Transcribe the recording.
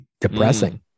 depressing